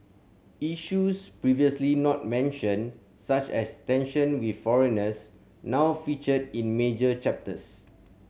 issues previously not mentioned such as tension with foreigners now feature in major chapters